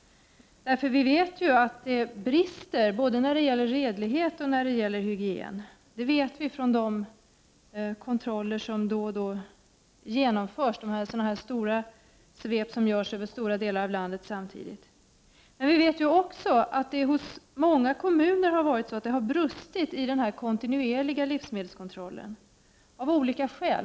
Vi vet att det brister både när det gäller redlighet och hygien. De vet vi från de kontroller som då och då genomförs i stora svep samtidigt över hela landet. Men vi vet också att man i många kommuner av olika skäl har brustit i den kontinuerliga livsmedelskontrollen.